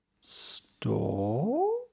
store